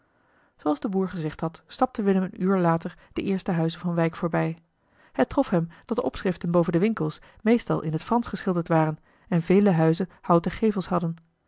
zooals de boer gezegd had stapte willem een uur later de eerste huizen van wijk voorbij het trof hem dat de opschriften boven de winkels meest in t fransch geschilderd waren en vele huizen houten gevels hadden